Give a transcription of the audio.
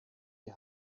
die